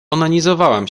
onanizowałam